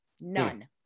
None